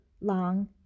long